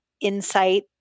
insight